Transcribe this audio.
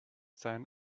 sein